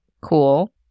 cool